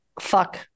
fuck